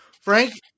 Frank